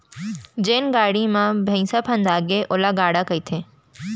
जेन गाड़ी म भइंसा फंदागे ओला गाड़ा कथें